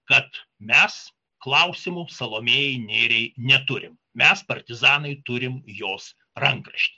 kad mes klausimų salomėjai nėriai neturim mes partizanai turime jos rankraštį